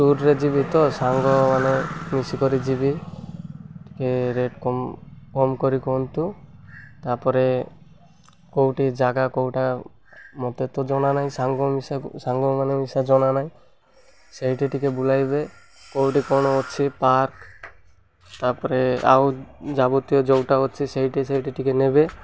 ଟୁର୍ରେ ଯିବି ତ ସାଙ୍ଗମାନେ ମିଶିକରି ଯିବି ଟିକେ ରେଟ୍ କମ୍ କମ୍ କରି କୁହନ୍ତୁ ତା'ପରେ କେଉଁଠି ଜାଗା କେଉଁଟା ମୋତେ ତ ଜଣା ନାହିଁ ସାଙ୍ଗ ମିଶା ସାଙ୍ଗମାନେ ମିଶା ଜଣା ନାହିଁ ସେଇଠି ଟିକେ ବୁଲାଇବେ କେଉଁଠି କ'ଣ ଅଛି ପାର୍କ ତା'ପରେ ଆଉ ଯାବତୀୟ ଯେଉଁଟା ଅଛି ସେଇଠି ସେଇଠି ଟିକେ ନେବେ